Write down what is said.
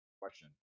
Question